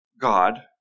God